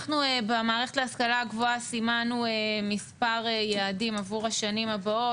אנחנו במערכת להשכלה הגבוהה סימנו מספר יעדים עבור השנים הבאות,